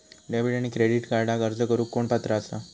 Debit आणि credit कार्डक अर्ज करुक कोण पात्र आसा?